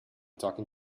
talking